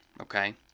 okay